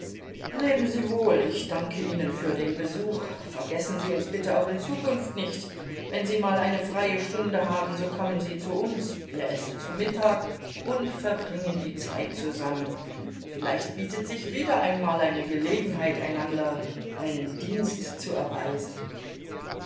leben sie wohl ich danke ihnen für den besuch vergessen sie uns bitte auch in zukunft nicht wenn sie mal eine freie stunde haben so kommen sie zu uns wir essen zu mittag und verbringen die zeit zusammen vielleicht bietet sich wieder einmal eine gelegenheit einander einen dienst zu erweisen